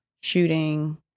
shooting